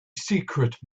secret